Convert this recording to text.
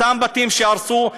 אותם בתים שהרסו,